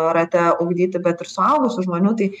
rate ugdyti bet ir suaugusių žmonių tai